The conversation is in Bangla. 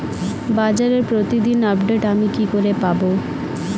বাজারের প্রতিদিন আপডেট আমি কি করে পাবো?